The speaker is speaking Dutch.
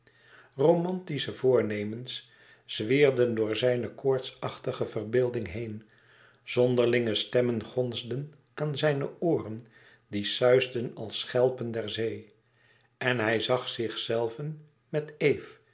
romantische voornemens zwierden door zijne koortsachtige verbeelding heen zonderlinge stemmen gonsden aan zijne ooren die suisden als schelpen der zee en hij zag zichzelven met eve